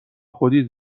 خودی